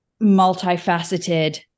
multifaceted